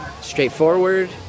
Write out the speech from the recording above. straightforward